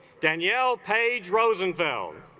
danielle page rosenfeld